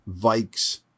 Vikes